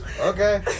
okay